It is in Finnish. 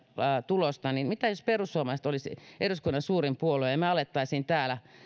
tulosta ja perussuomalaiset olisi eduskunnan suurin puolue niin mitä jos me alkaisimme täällä